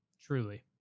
truly